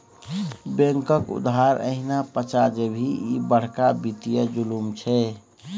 बैंकक उधार एहिना पचा जेभी, ई बड़का वित्तीय जुलुम छै